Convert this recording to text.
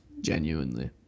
Genuinely